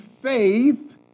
faith